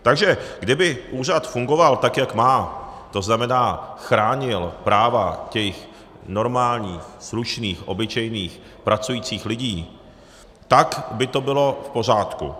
Takže kdyby úřad fungoval, tak jak má, to znamená chránil práva těch normálních, slušných, obyčejných, pracujících lidí, tak by to bylo v pořádku.